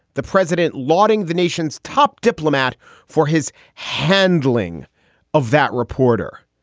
the president lauding the nation's top diplomat for his handling of that reporter.